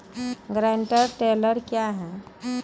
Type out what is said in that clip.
Garden tiller क्या हैं?